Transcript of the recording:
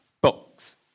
books